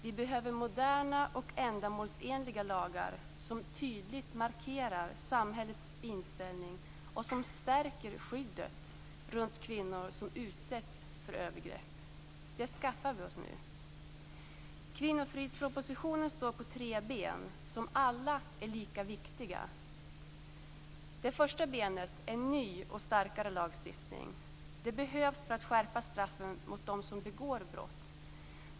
Vi behöver moderna och ändamålsenliga lagar som tydligt markerar samhällets inställning och som stärker skyddet runt kvinnor som utsätts för övergrepp. Det skaffar vi oss nu. Kvinnofridspropositionen står på tre ben som alla är lika viktiga. Det första benet är en ny och starkare lagstiftning. Det behövs för att skärpa straffen mot dem som begår brott.